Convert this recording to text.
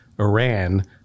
Iran